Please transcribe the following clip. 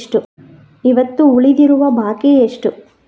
ಇವತ್ತು ಉಳಿದಿರುವ ಬಾಕಿ ಎಷ್ಟು?